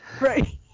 right